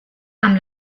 amb